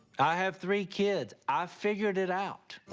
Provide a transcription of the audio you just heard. i have three kids. i figured it out.